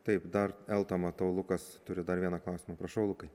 taip dar elta matau lukas turi dar vieną klausimą prašau lukai